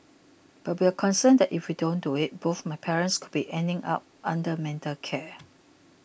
but we're concerned that if we don't do it both my parents could be ending up under mental care